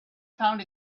found